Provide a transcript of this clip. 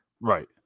Right